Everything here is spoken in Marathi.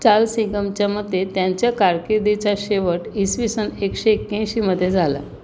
चाल्स हिगमच्या मते त्यांच्या कारकिर्दीचा शेवट इसविसन एकशे एक्याऐंशीमध्ये झाला